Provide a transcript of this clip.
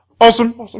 awesome